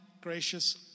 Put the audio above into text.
gracious